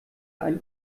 ein